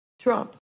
Trump